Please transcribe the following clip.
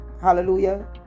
Hallelujah